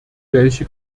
welche